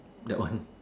that one